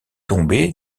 tombé